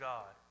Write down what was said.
God